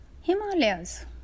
Himalayas